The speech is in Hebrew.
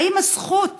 האם הזכות